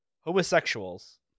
homosexuals